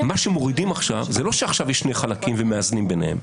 זה לא שעכשיו יש שני חלקים ומאזנים ביניהם.